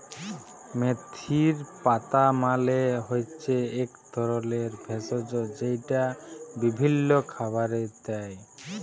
মেথির পাতা মালে হচ্যে এক ধরলের ভেষজ যেইটা বিভিল্য খাবারে দেয়